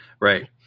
right